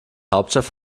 hauptstadt